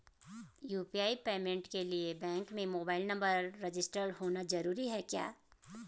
UPI payment के लिए bank में मोबाइल नंबर रजिस्टर्ड होना जरूरी है क्या?